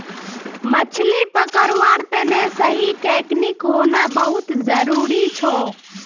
मछली पकड़वार तने सही टेक्नीक होना बहुत जरूरी छ